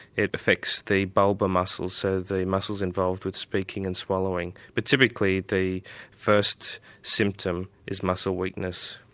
it affects the bulbar muscles so, the muscles involved with speaking and swallowing. but typically the first symptom is muscle weakness.